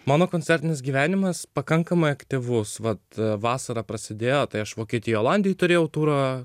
mano koncertinis gyvenimas pakankamai aktyvus vat vasara prasidėjo tai aš vokietijoje olandijoje turėjau turą